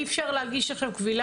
אי אפשר עכשיו להגיש קבילה.